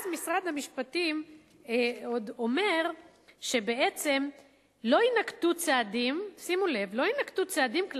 אז משרד המשפטים עוד אומר שבעצם לא יינקטו צעדים כלפי